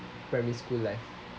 primary school life